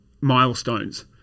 milestones